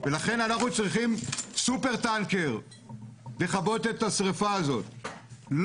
לכן אנחנו צריכים סופר טנקר לכבות את השריפה הזאת,